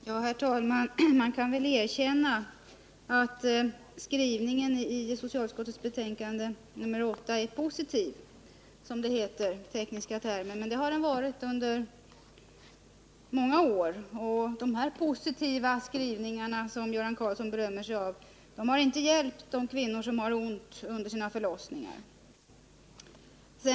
Herr talman! Man kan väl erkänna att skrivningen i socialutskottets betänkande nr 8 är positiv, som den tekniska termen lyder, men det har den varit under många år. De positiva skrivningar som Göran Karlsson berömmer sig av har inte hjälpt de kvinnor som har ont under sina förlossningar.